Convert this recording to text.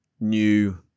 new